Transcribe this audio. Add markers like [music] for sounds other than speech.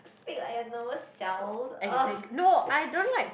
speak like your normal self !ugh! [noise]